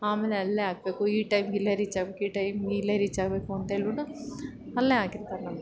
ಆಮೇಲೆ ಅಲ್ಲೇ ಹಾಕ್ಬೇಕು ಈ ಟೈಮ್ಗೆ ಇಲ್ಲೆ ರೀಚಾಗಬೇಕು ಈ ಟೈಮ್ಗೆ ಇಲ್ಲೇ ರೀಚಾಗಬೇಕು ಅಂಥೇಳ್ಬಿಟ್ಟು ಅಲ್ಲೆ ಹಾಕಿರ್ತಾರೆ ನಮಗೆ